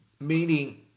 meaning